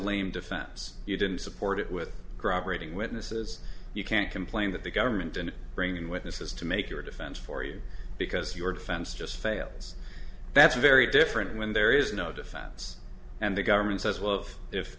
lame defense you didn't support it with corroborating witnesses you can't complain that the government didn't bring in witnesses to make your defense for you because your defense just fails that's very different when there is no defense and the government says well